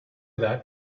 that